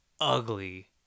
ugly